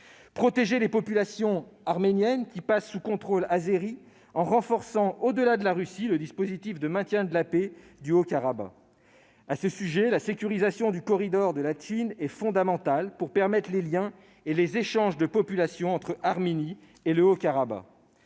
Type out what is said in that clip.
protéger les populations arméniennes qui passent sous contrôle azéri, en renforçant, au-delà de la Russie, le dispositif de maintien de la paix au Haut-Karabagh. À ce sujet, la sécurisation du corridor de Latchine est fondamentale pour permettre les liens et les échanges de populations entre l'Arménie et le Haut-Karabagh.